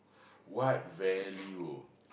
what value